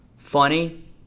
Funny